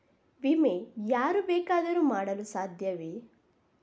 ವಿಮೆ ಯಾರು ಬೇಕಾದರೂ ಮಾಡಲು ಸಾಧ್ಯವೇ?